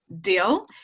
deal